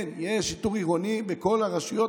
כן, יש שיטור עירוני בכל הרשויות.